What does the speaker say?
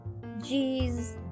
Jeez